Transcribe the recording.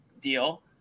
deal